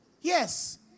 Yes